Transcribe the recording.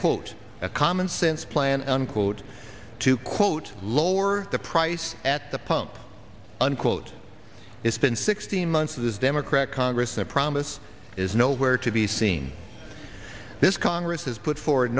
quote a commonsense plan unquote to quote lower the price at the pump unquote it's been sixteen months of this democratic congress and a promise is nowhere to be seen this congress has put forward